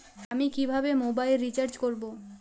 আমি কিভাবে mobile recharge করব?